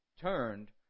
turned